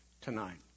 tonight